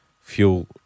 fuel